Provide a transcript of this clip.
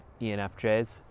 ENFJs